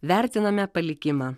vertiname palikimą